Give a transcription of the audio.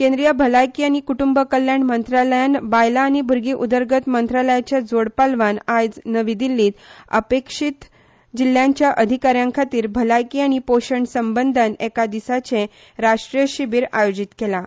केंद्रीय भलायकी आनी कुटुंब कल्याण मंत्रालयान बायला आनी भूरगी उदरगत मंत्रालयाच्या जोडपालवान आयज नवी दिल्लीत अपेक्षित जिल्ह्यांच्या अधिका ्यांखातीर भलायकी आनी पोशण संबंदान एका दिसाचे राश्ट्रीय शिबीर आयोजीत केलां